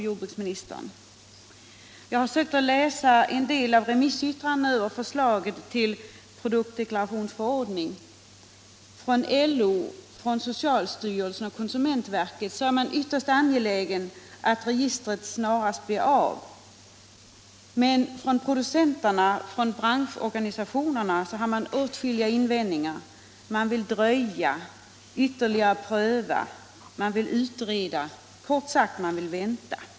Jag har läst en del av remissyttrandena över förslaget till produktdeklarationsförordning. LO, socialstyrelsen och konsumentverket är ytterst angelägna om att registret snarast blir av. Men producenterna och branschorganisationerna har åtskilliga invändningar. De vill dröja, ytterligare pröva och utreda. Kort sagt de vill vänta.